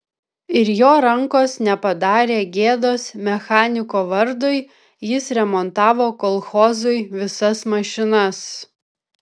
ir jo rankos nepadarė gėdos mechaniko vardui jis remontavo kolchozui visas mašinas